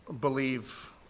believe